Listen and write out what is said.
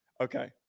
Okay